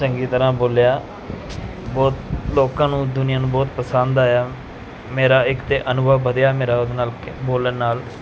ਚੰਗੀ ਤਰ੍ਹਾਂ ਬੋਲਿਆ ਬਹੁਤ ਲੋਕਾਂ ਨੂੰ ਦੁਨੀਆ ਨੂੰ ਬਹੁਤ ਪਸੰਦ ਆਇਆ ਮੇਰਾ ਇੱਕ ਤਾਂ ਅਨੁਭਵ ਵਧਿਆ ਮੇਰਾ ਉਹਦੇ ਨਾਲ ਬੋਲਣ ਨਾਲ